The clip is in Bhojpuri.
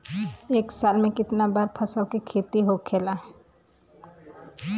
एक साल में कितना बार फसल के खेती होखेला?